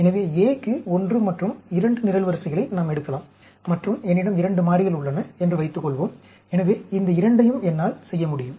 எனவே A க்கு 1 மற்றும் 2 நிரல்வரிசைகளை நாம் எடுக்கலாம் மற்றும் என்னிடம் 2 மாறிகள் உள்ளன என்று வைத்துக்கொள்வோம் எனவே இந்த இரண்டையும் என்னால் செய்ய முடியும்